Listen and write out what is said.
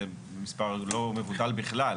זה מספר לא מבוטל בכלל.